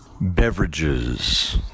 beverages